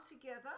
together